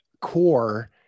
core